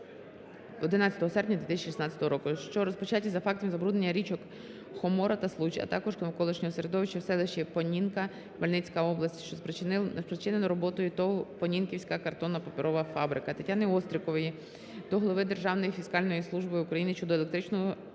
11 серпня 2016 року, що розпочаті за фактом забруднення річок Хомора та Случ, а також навколишнього середовища у селищі Понінка (Хмельницька область), що спричинено роботою ТОВ "Понінківська картонно-паперова фабрика". Тетяни Остркової до голови Державної фіскальної служби України щодо практичного